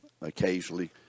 occasionally